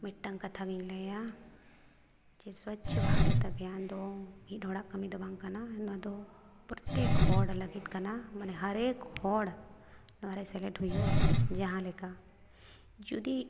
ᱢᱤᱫᱴᱟᱝ ᱠᱟᱛᱷᱟᱜᱤᱧ ᱞᱟᱹᱭᱟ ᱡᱮ ᱥᱚᱪᱪᱷᱚ ᱵᱷᱟᱨᱚᱛ ᱟᱵᱷᱤᱭᱟᱱ ᱫᱚ ᱢᱤᱫ ᱦᱚᱲᱟᱜ ᱠᱟᱹᱢᱤ ᱫᱚ ᱵᱟᱝ ᱠᱟᱱᱟ ᱱᱚᱣᱟ ᱫᱚ ᱯᱨᱚᱛᱛᱮᱠ ᱦᱚᱲ ᱞᱟᱹᱜᱤᱫ ᱠᱟᱱᱟ ᱢᱟᱱᱮ ᱦᱟᱨᱮᱠ ᱦᱚᱲ ᱱᱚᱣᱟᱨᱮ ᱥᱮᱞᱮᱫ ᱦᱩᱭᱩᱜᱼᱟ ᱡᱟᱦᱟᱸᱞᱮᱠᱟ ᱡᱩᱫᱤ